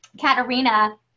Katerina